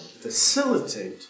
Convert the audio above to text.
facilitate